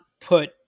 put